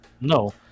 No